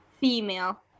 female